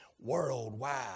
Worldwide